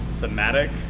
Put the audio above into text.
thematic